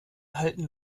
halten